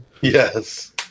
Yes